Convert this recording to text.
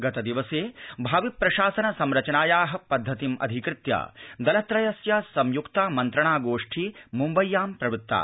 गतदिवसे भावि प्रशासन संरचनाया पद्धतिम् अधिकृत्य दल त्रयस्य संयुक्ता मन्त्रणा गोष्ठी मुम्बय्यां प्रवृत्ता